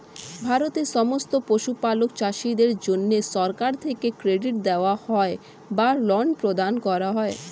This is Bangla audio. ভারতের সমস্ত পশুপালক চাষীদের জন্যে সরকার থেকে ক্রেডিট দেওয়া হয় বা ঋণ প্রদান করা হয়